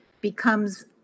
becomes